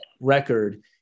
record